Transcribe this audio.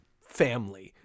family